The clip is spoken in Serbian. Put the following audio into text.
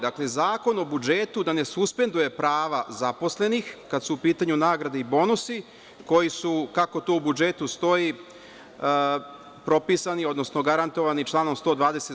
Dakle, Zakon o budžetu da ne suspenduje prava zaposlenih kada su u pitanju nagrade i bonusi koji su, kako to u budžetu stoji, propisani, odnosno garantovani članom 120.